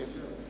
בבקשה.